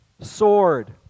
sword